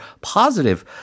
positive